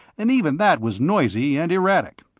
and even that was noisy and erratic.